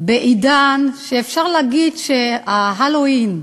בעידן שאפשר להגיד ש-Halloween,